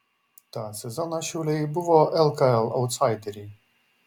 tą sezoną šiauliai buvo lkl autsaideriai